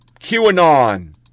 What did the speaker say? QAnon